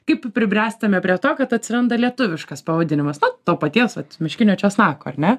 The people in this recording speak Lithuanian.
kaip pribręstama prie to kad atsiranda lietuviškas pavadinimas nu to paties va miškinio česnako ar ne